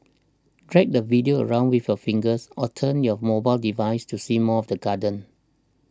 drag the video around with a fingers or turn your mobile device to see more of the garden